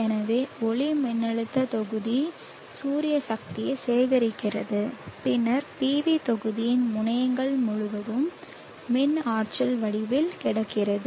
எனவே ஒளிமின்னழுத்த தொகுதி சூரிய சக்தியைச் சேகரித்து பின்னர் PV தொகுதியின் முனையங்கள் முழுவதும் மின் ஆற்றல் வடிவில் கிடைக்கிறது